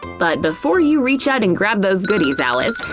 but before you reach out and grab those goodies, alice,